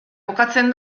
kokatzen